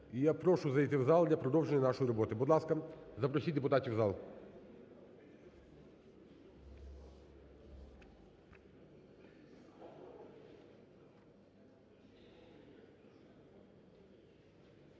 я прошу зайти в зал для продовження нашої роботи. Будь ласка, запросіть депутатів в зал.